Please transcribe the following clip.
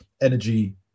energy